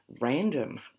random